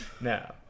No